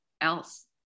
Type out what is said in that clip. else